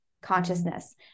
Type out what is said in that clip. consciousness